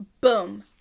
boom